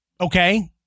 Okay